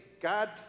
God